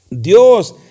Dios